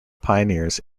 pioneers